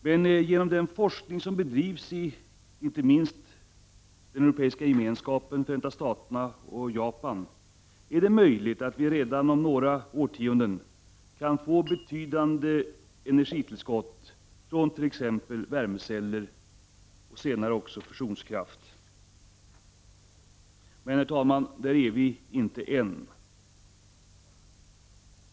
Men genom den forskning som bedrivs, inte minst inom den europeiska gemenskapen, i Förenta staterna och Japan, är det möjligt att vi redan om några årtionden kan få betydande energitillskott från t.ex. värmeceller och senare även från fusionskraft. Men, herr talman, där är vi inte än.